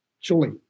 surely